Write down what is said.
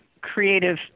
creative